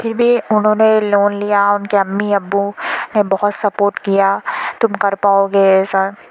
پھر بھی انہوں نے لون لیا ان کے امی ابو نے بہت سپورٹ کیا تم کر پاؤگے ایسا